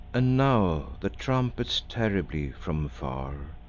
and now the trumpets terribly, from far,